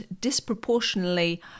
disproportionately